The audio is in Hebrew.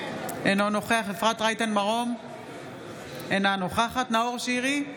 אפרת רייטן מרום, אינה נוכחת נאור שירי,